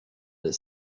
that